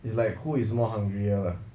it's like who is more hungrier lah